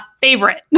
favorite